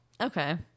Okay